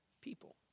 people